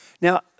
Now